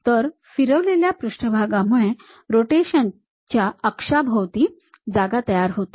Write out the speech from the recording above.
तर फिरवलेल्या पृष्ठभागामुळे रोटेशनच्या अक्षाभोवती जागा तयार होते